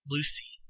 Lucy